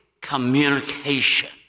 communication